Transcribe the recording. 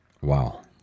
Wow